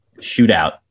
shootout